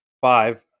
five